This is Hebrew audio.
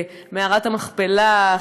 מערת המכפלה,